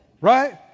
Right